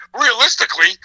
realistically